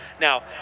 Now